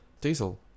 Diesel